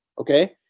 okay